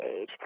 age